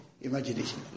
imagination